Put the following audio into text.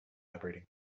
vibrating